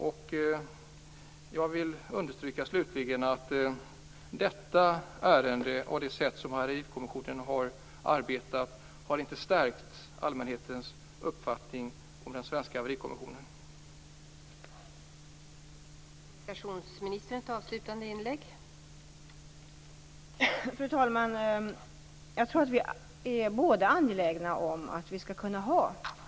Slutligen vill jag understryka att detta ärende och det sätt på vilket Haverikommissionen arbetat inte har stärkt allmänheten i dess uppfattning om Haverikommissionen i Sverige.